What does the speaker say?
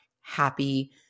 happy